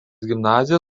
gimnaziją